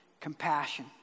Compassion